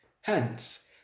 Hence